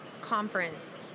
conference